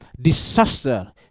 disaster